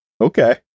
Okay